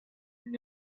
new